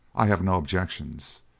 i have no objections.